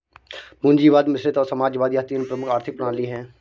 पूंजीवाद मिश्रित और समाजवाद यह तीन प्रमुख आर्थिक प्रणाली है